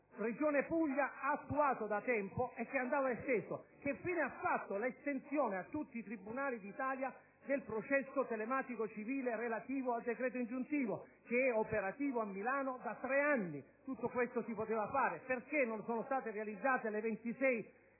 Regione Puglia, ha attuato da tempo e che andava esteso? Che fine ha fatto l'estensione a tutti i tribunali d'Italia del processo telematico civile relativo al decreto ingiuntivo, operativo a Milano da tre anni? Tutto questo si poteva fare. Perché non sono state realizzate le 26 sale